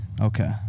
Okay